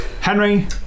Henry